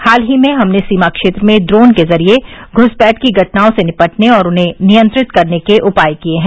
हाल ही में हमने सीमा क्षेत्र में ड्रोन के जरिए घूसपैठ की घटनाओं से निपटने और उन्हें नियंत्रित करने के उपाय किये हैं